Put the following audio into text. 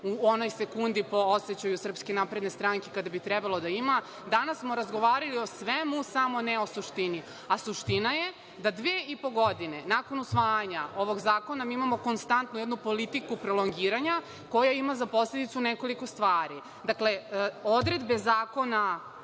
u onoj sekundi po osećaju SNS, kada bi trebalo da ima. Danas smo razgovarali o svemu samo ne o suštini. Suština je da dve i po godine nakon usvajanja ovog zakona imamo konstantu jednu politiku prolongiranja koja ima za posledicu nekoliko stvari. Odredbe Zakona